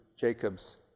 Jacob's